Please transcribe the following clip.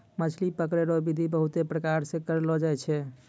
मछली पकड़ै रो बिधि बहुते प्रकार से करलो जाय छै